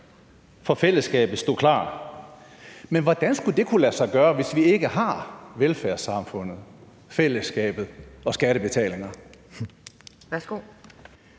for fællesskabet stod klar. Men hvordan skulle det kunne lade sig gøre, hvis vi ikke havde velfærdssamfundet, fællesskabet og skattebetalingerne?